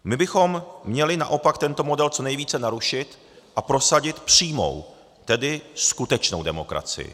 My bychom měli naopak tento model co nejvíce narušit a prosadit přímou, tedy skutečnou demokracii.